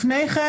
לפני כן